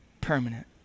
permanent